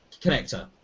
connector